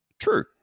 True